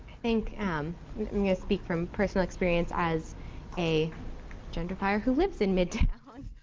think and i'm going to speak from personal experience as a gentrifier who lives in midtown.